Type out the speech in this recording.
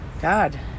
God